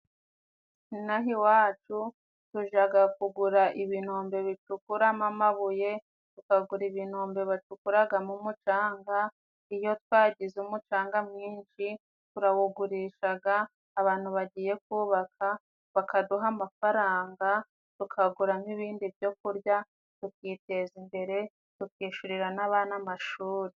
Ino aha iwacu, tujaga kugura ibinombe bicukuramo amabuye, tukagura ibinombe bacukuragamo umucanga, iyo twagize umucanga mwinshi turawugurishaga abantu bagiye kubaka bakaduha amafaranga, tukaguramo ibindi byo kurya tukiteza imbere tukishurira n'abana amashuri.